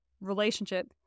relationship